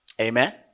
Amen